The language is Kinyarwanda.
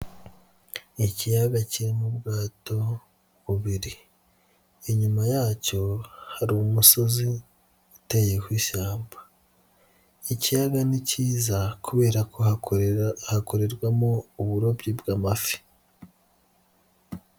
Ikiyaga kirimo ubwato bubiri, inyuma yacyo hari umusozi uteyeho ishyamba, ikiyaga ni kiza kubera ko hakorera hakorerwamo uburobyi bw'amafi.